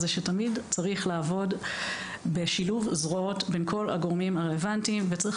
זה שתמיד צריך לעבוד בשילוב זרועות של כל הגורמים הרלוונטיים ושצריך